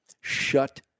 Shut